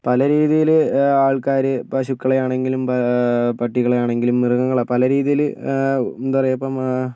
പല രീതിയിൽ ആൾക്കാർ പശുക്കളെയാണെങ്കിലും പട്ടികളെയാണെങ്കിലും മൃഗങ്ങളെ പല രീതിയിൽ എന്താ പറയുക ഇപ്പം